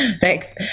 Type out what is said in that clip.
thanks